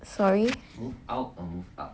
sorry